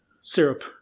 syrup